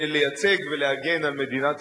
ולהגן על מדינת ישראל.